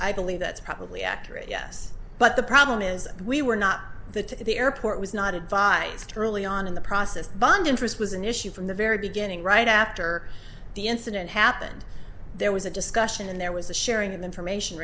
i believe that's probably accurate yes but the problem is we were not the to the airport was not advised to early on in the process bond interest was an issue from the very beginning right after the incident happened there was a discussion and there was a sharing of information